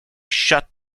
shut